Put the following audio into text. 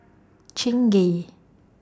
Chingay